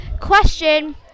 question